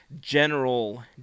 general